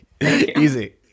easy